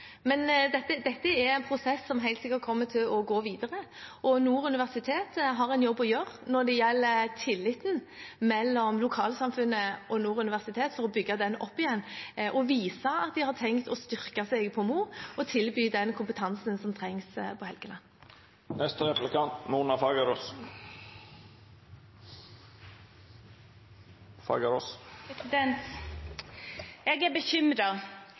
Dette er en prosess som helt sikkert kommer til å gå videre. Nord universitet har en jobb å gjøre når det gjelder tilliten mellom lokalsamfunnet og Nord universitet for å bygge den opp igjen og vise at de har tenkt å styrke seg på Mo og tilby den kompetansen som trengs på Helgeland. Jeg er bekymret – jeg er bekymret for Nesna kommune, jeg er